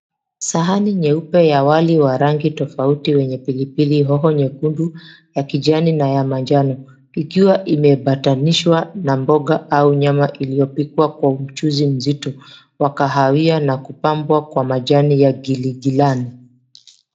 Sahani nyeupe ya wali wa rangi tofauti wenye pilipili hoho nyekundu, ya kijani na ya manjano ikiwa imeambatanishwa na mboga au nyama kwa mchuzi mzito wa kahawia na kupambwa kwa majani ya gili gilani.